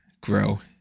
grow